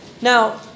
Now